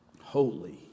Holy